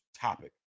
topic